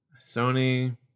Sony